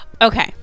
Okay